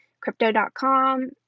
crypto.com